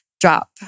drop